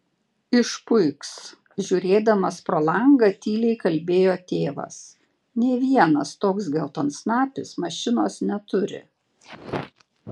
išpuiks žiūrėdamas pro langą tyliai kalbėjo tėvas nė vienas toks geltonsnapis mašinos neturi